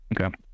Okay